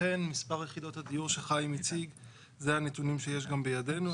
אכן מספר יחידות הדיור שחיים הציג הם הנתונים שיש גם בידינו.